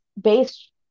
based